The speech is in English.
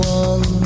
one